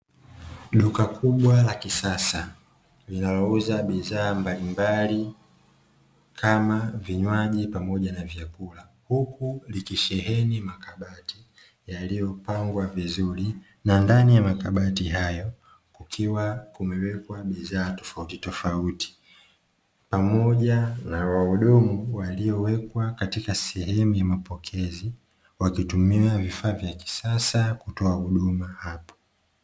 Duka kubwa la kisasa linalouza bidhaa mbalimbali kama vinywaji pamoja na vyakula. Huku likisheheni makabati, yaliyopangwa vizuri na ndani ya makabati hayo, kukiwa kumewekwa bidhaa tofautitofauti, pamoja na wahudumu waliowekwa katika sehemu ya mapokezi, wakitumia vifaa vya kisasa kutoa huduma hapo.